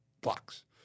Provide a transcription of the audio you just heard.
blocks